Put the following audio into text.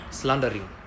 slandering